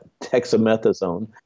dexamethasone